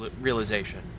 realization